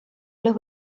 los